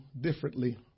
differently